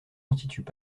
constituent